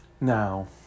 Now